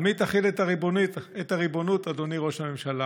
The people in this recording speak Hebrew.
על מי תחיל את הריבונות, אדוני ראש הממשלה?